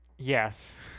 Yes